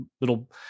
little